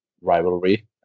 rivalry